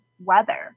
weather